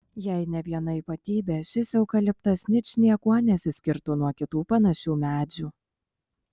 jei ne viena ypatybė šis eukaliptas ničniekuo nesiskirtų nuo kitų panašių medžių